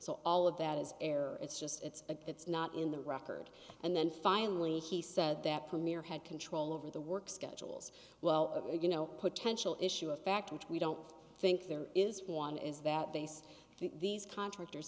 so all of that is error it's just it's a it's not in the record and then finally he said that premier had control over the work schedules well you know potential issue of act which we don't think there is one is that base these contractors